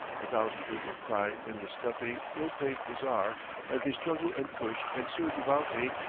a thousand people cry in the stuffy, ill-paved bazaar as they struggle and push and surge about me,